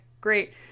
great